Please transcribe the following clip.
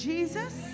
Jesus